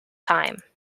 time